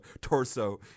torso